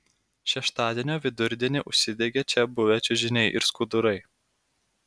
šeštadienio vidurdienį užsidegė čia buvę čiužiniai ir skudurai